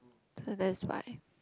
so that's why